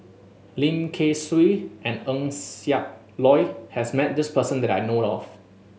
Lim Kay Siu and Eng Siak Loy has met this person that I know of